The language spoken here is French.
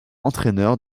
entraîneur